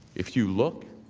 if you look